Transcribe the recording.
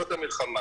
זאת המלחמה,